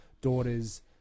daughter's